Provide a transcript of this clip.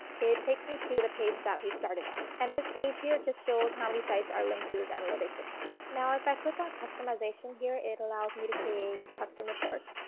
it takes me to the page that we started at. and this page here just shows how many sites are linked to the analytics account. now if i click on customization here, it allows me to create custom reports.